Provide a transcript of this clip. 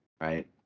right